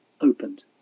opened